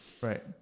Right